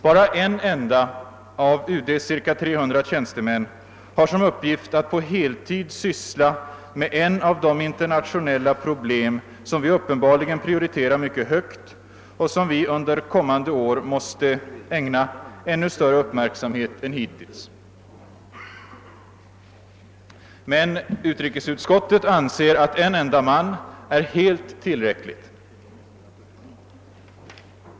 Bara denne ende av UD:s ca 300 tjänstemän har alltså till uppgift att på heltid syssla med ett av de internationella problem som vi uppenbarligen prioriterar mycket högt och som vi under kommande år måste ägna ännu större uppmärksamhet än hittills. Men utrikesutskottet anser tydligen att en enda man är tillräcklig.